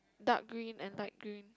dark green and light green